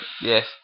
yes